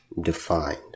defined